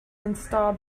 install